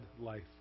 life